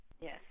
Yes